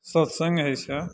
सत्संग होइसँ